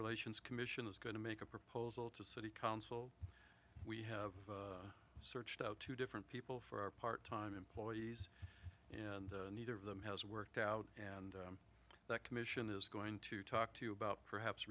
relations commission is going to make a proposal to city council we have searched out to different people for our part time employees and neither of them has worked out and that commission is going to talk to you about perhaps